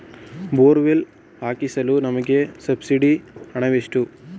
Borewell ಹಾಕಿಸಲು ನಮಗೆ ಸಬ್ಸಿಡಿಯ ಹಣವೆಷ್ಟು?